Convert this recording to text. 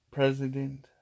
President